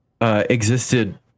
existed